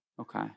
Okay